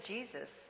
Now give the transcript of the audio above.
Jesus